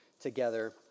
together